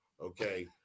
okay